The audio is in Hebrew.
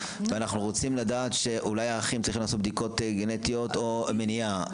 ואנחנו רוצים לדעת שאולי האחים צריכים לעשות בדיקות גנטיות או מניעה,